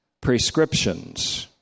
prescriptions